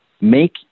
make